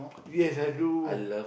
yes I do